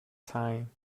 time